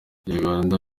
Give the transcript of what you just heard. uganda